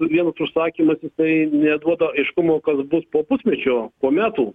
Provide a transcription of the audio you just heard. vienas užsakymas jisai neduoda aiškumo kas bus po pusmečio po metų